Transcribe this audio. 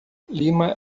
lima